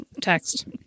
Text